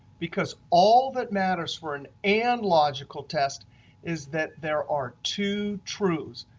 because all that matters for an and logical test is that there are two truths.